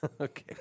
Okay